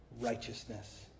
righteousness